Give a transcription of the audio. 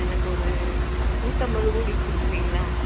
எனக்கு ஒரு நூற்றும்பது கோடி கொடுக்குறீங்களா